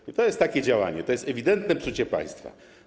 I to jest takie działanie, to jest ewidentne psucie państwa.